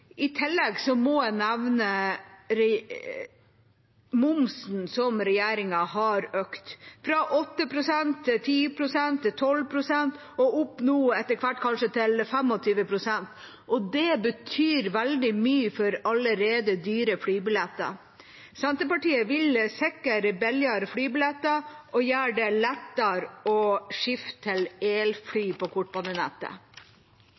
I tillegg må jeg nevne momsen, som regjeringa har økt fra 8 pst. til 10 pst. til 12 pst. – og nå etter hvert kanskje opp til 25 pst. Det betyr veldig mye for allerede dyre flybilletter. Senterpartiet vil sikre billigere flybilletter og gjøre det lettere å skifte til